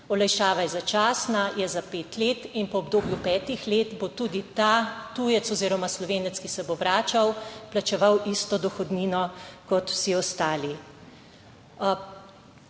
Olajšava je začasna, je za pet let in po obdobju petih let bo tudi ta tujec oziroma Slovenec, ki se bo vračal, plačeval isto dohodnino kot vsi ostali.